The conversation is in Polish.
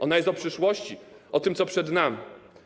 Ona jest o przyszłości, o tym, co przed nami.